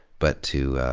but to,